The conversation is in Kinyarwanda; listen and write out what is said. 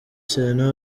serena